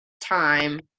time